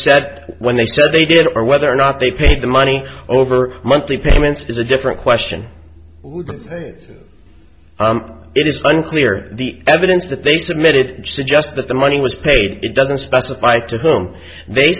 set when they said they did or whether or not they paid the money over monthly payments is a different question it is unclear the evidence that they submitted suggests that the money was paid it doesn't specify to whom they